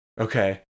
Okay